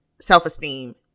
self-esteem